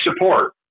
support